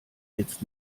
jetzt